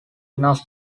enough